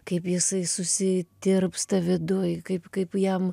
kaip jisai susi tirpsta viduj kaip kaip jam